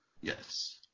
Yes